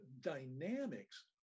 dynamics